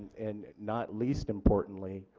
and not least importantly,